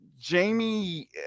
Jamie